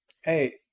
hey